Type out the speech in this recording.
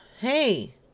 Hey